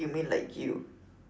do you mean like you